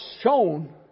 shown